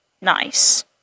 nice